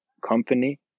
company